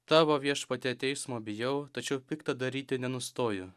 tavo viešpatie teismo bijau tačiau pikta daryti nenustoju